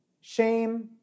shame